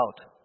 out